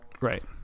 right